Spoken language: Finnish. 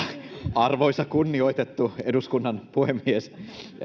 arvoisa kunnioitettu eduskunnan puhemies